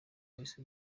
wahise